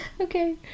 Okay